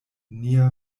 nia